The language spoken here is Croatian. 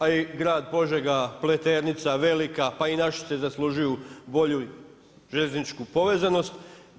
A i grad Požega, Pleternica, Velika, pa i Našice zaslužuju bolju željezničku povezanost.